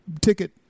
ticket